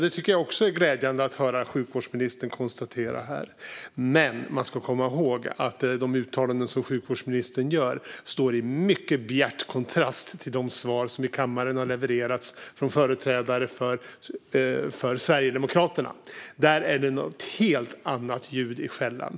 Det är glädjande att höra sjukvårdsministern konstatera det. Man ska dock komma ihåg att de uttalanden som sjukvårdsministern gör står i mycket bjärt kontrast till de svar som levererats i kammaren av företrädare för Sverigedemokraterna. Där är det ett helt annat ljud i skällan.